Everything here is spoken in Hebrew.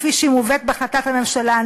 כפי שהיא מובאת בהחלטת הממשלה.